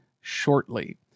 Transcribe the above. shortly